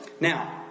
Now